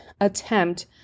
attempt